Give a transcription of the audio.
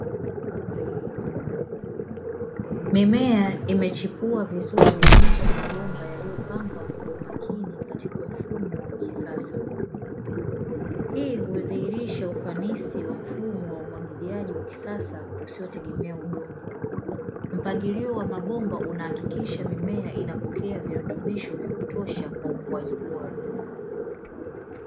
Mimea imechipuwa vizuri nje ya mabomba yaliyopangwa kwa umakini katika mfumo wa kisasa. Hii hudhihirisha ufanisi wa mfumo wa umwagiliaji wa kisasa usiyotegemea udongo, mpangilio wa mabomba unahakikisha mimea inapokea virutubishi vya kutosha kwa ukuaji bora.